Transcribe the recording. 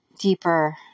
deeper